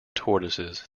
tortoises